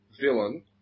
villain